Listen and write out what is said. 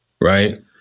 Right